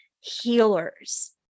healers